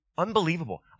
Unbelievable